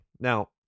Now